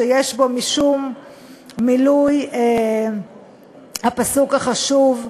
שיש בו משום מילוי הפסוק החשוב,